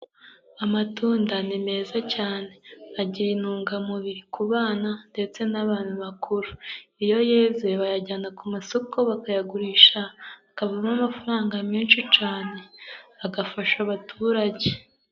Amatunda ni meza cyane. Agira intungamubiri ku bana ndetse n'abantu bakuru. Iyo yeze bayajyana ku masoko bakayagurisha akavamo amafaranga menshi cyane agafasha abaturage.